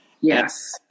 Yes